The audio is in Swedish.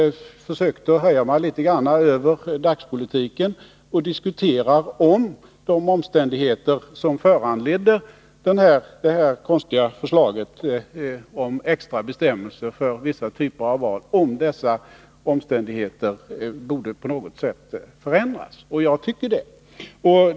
Jag försökte höja mig litet grand över dagspolitiken och diskutera om det som föranledde förslaget om extra bestämmelser för vissa typer av val på något sätt borde förändras. Jag tycker det.